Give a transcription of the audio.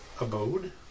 abode